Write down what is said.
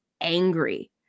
angry